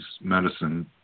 medicine